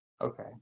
Okay